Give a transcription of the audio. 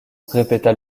répéta